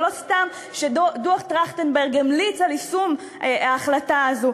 זה לא סתם שדוח טרכטנברג המליץ על יישום ההחלטה הזאת.